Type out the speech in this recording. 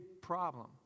problem